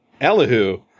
Elihu